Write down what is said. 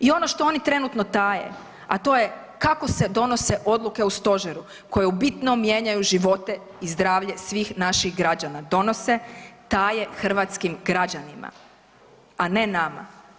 I ono što oni trenutno taje, a to je kako se donose odluke u Stožeru koje u bitnom mijenjaju živote i zdravlje svih naših građana donose, taje hrvatskim građanima, a ne nama.